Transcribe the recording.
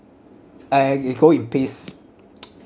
and he go in peace